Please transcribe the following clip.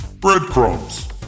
Breadcrumbs